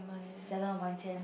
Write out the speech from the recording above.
seven upon ten